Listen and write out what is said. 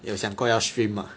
有想过要 stream mah